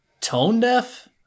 tone-deaf